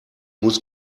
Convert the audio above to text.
muss